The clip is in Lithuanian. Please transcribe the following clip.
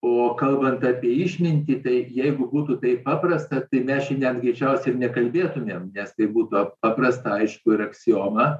o kalbant apie išmintį tai jeigu būtų taip paprasta tai mes čia net greičiausiai ir nekalbėtumėm nes tai būtų paprasta aišku ir aksioma